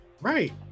right